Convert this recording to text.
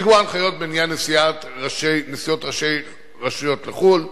לקבוע הנחיות בעניין נסיעות ראשי רשויות לחוץ-לארץ,